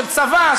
של צבא,